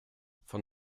von